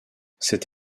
cette